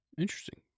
Interesting